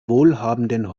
wohlhabenden